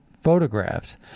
photographs